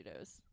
Cheetos